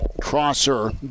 crosser